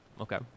Okay